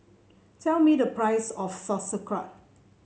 tell me the price of Sauerkraut